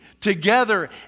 together